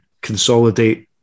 consolidate